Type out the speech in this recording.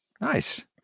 Nice